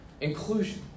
Inclusion